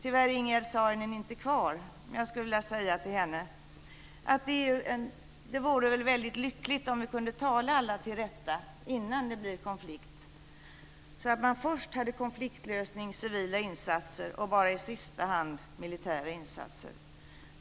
Ingegerd Saarinen är tyvärr inte kvar, men jag skulle vilja säga till henne att det vore väldigt lyckligt om vi kunde tala alla till rätta innan det blir konflikt, så att man först har konfliktlösning och civila insatser och bara i sista hand militära insatser.